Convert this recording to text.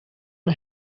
and